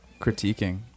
critiquing